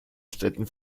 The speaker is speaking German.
städten